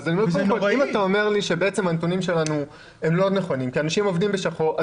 אתה אומר לי שהנתונים הם לא נכונים כי אנשים עובדים בשחור.